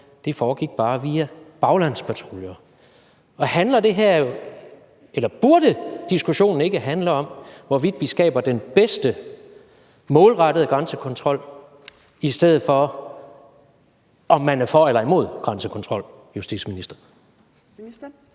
det foregik bare via baglandspatruljer. Burde diskussionen ikke handle om, hvorvidt vi skaber den bedste målrettede grænsekontrol, i stedet for om man er for eller imod grænsekontrol, justitsminister?